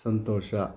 ಸಂತೋಷ